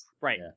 right